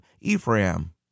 Ephraim